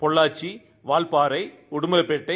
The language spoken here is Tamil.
பொள்ளாச்சி வால்பாறை உடுமவைப் பேட்டை